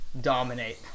dominate